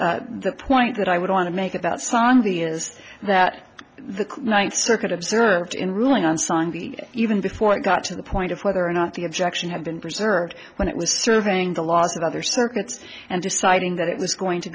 taken the point that i would want to make that song the is that the ninth circuit observed in ruling on sunday even before i got to the point of whether or not the objection had been preserved when it was surveying the loss of other circuits and deciding that it was going to